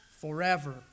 forever